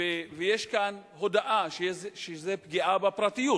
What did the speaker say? ויש כאן הודאה שזו פגיעה בפרטיות,